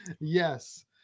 Yes